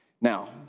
Now